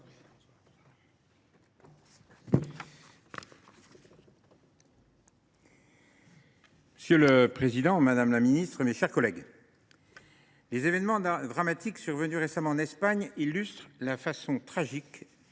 Monsieur le président, madame la ministre, mes chers collègues, les événements dramatiques survenus récemment en Espagne illustrent de façon tragique